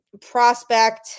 prospect